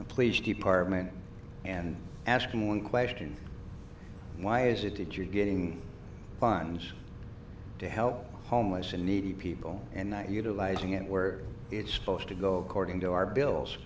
and police department and asking one question why is it that you're getting funds to help homeless and needy people and not utilizing it where it's supposed to go according to our bills